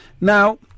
now